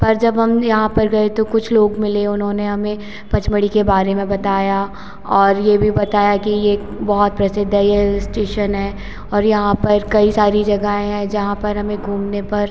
पर जब हम यहाँ पर गए तो कुछ लोग मिले उन्होंने हमें पचमढ़ी के बारे में बताया और यह भी बताया कि यह एक बहुत प्रसिद्ध है यह इस्टेशन है और यहाँ पर कई सारी जगहें हैं जहाँ पर हमें घूमने पर